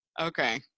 Okay